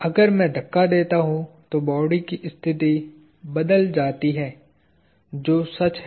अगर मैं धक्का देता हूं तो बॉडी की स्थिति बदल जाती है जो सच है